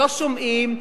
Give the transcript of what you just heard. לא שומעים,